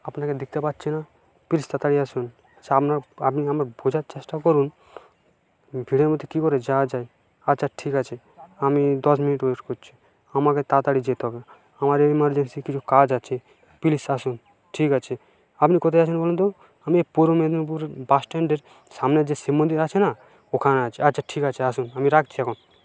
আপনাকে দেখতে পাচ্ছি না প্লিজ তাড়াতাড়ি আসুন আচ্ছা আপনার আপনি আমার বোঝার চেষ্টা করুন ভিড়ের মধ্যে কী করে যাওয়া যায় আচ্ছা ঠিক আছে আমি দশ মিনিট ওয়েট করছি আমাকে তাড়াতাড়ি যেতে হবে আমার এমার্জেন্সি কিছু কাজ আছে প্লিজ আসুন ঠিক আছে আপনি কোথায় আছেন বলুন তো আমি পূর্ব মেদিনীপুর বাস স্ট্যাণ্ডের সামনের যে শিব মন্দির আছে না ওখানে আছি আচ্ছা ঠিক আছে আসুন আমি রাখছি এখন